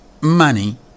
money